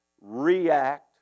react